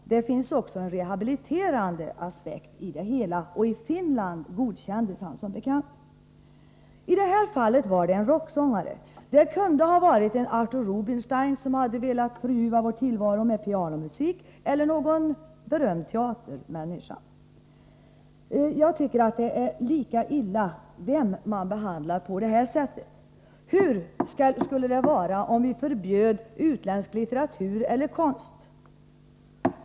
Saken kan ju också ses ur en annan aspekt. Jag avser då rehabiliteringen. I Finland har artisten som bekant godkänts. I det här fallet gällde det en rocksångare. Det kunde ha varit en Arthur Rubinstein som hade velat förljuva vår tillvaro med pianomusik eller någon berömd teatermänniska. Jag tycker att det är lika illa vem man än behandlar på detta sätt. Hur skulle det vara om vi förbjöd utländsk litteratur eller konst?